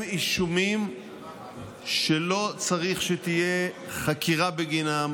הם אישומים שלא צריך שתהיה חקירה בגינם,